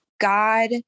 God